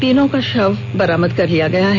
तीनों का शव बरामद कर लिया गया है